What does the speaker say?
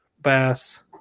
bass